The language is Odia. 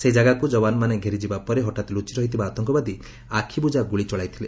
ସେହି ଜାଗାକୁ ଯବାନମାନେ ଘେରିଯିବା ପରେ ହଠାତ୍ ଲୁଚିରହିଥିବା ଆତଙ୍କବାଦୀ ଆଖିବୁଜା ଗୁଳି ଚଳାଇଥିଲେ